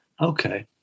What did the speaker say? Okay